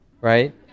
right